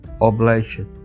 Oblation